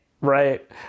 Right